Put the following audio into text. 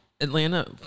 Atlanta